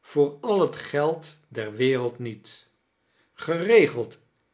voor al het geld der wereld niet geregeld